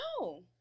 no